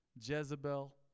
Jezebel